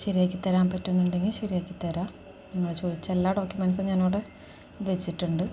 ശരിയാക്കിത്തരാൻ പറ്റുമെന്നുണ്ടെങ്കില് ശരിയാക്കിത്തരിക നിങ്ങള് ചോദിച്ച എല്ലാ ഡോക്യുമെൻസും ഞാനവിടെ വച്ചിട്ടുണ്ട്